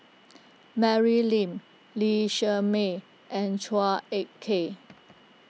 Mary Lim Lee Shermay and Chua Ek Kay